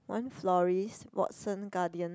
one florist Watson Guardian